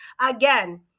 Again